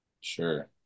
Sure